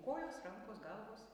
kojos rankos galvos